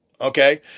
okay